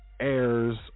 heirs